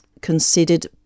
considered